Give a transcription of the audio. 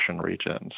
regions